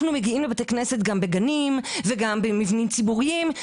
אנחנו מגיעים לבתי כנסת גם בגנים וגם במבנים ציבוריים,